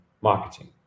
marketing